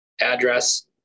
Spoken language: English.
address